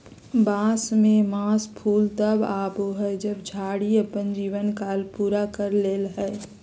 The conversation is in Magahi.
बांस में मास फूल तब आबो हइ जब झाड़ी अपन जीवन काल पूरा कर ले हइ